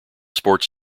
sports